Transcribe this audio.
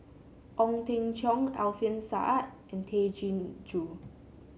Ong Teng Cheong Alfian Sa'at and Tay Chin Joo